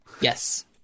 Yes